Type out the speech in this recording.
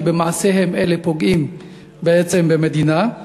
כי במעשיהם אלה הם פוגעים בעצם במדינה.